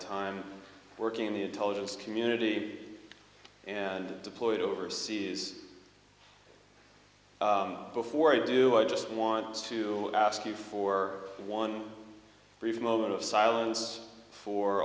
time working in the intelligence community and deployed overseas before i do i just want to ask you for one brief moment of silence for